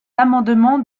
amendements